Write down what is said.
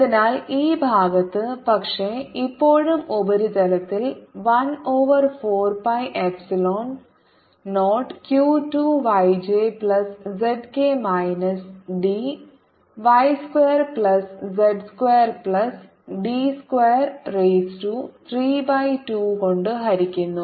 അതിനാൽ ഈ ഭാഗത്ത് പക്ഷേ ഇപ്പോഴും ഉപരിതലത്തിൽ 1 over 4 pi epsilon 0 q 2 yj plus zk minus d y square plus z square plus d square raise to 3 by 2 കൊണ്ട് ഹരിക്കുന്നു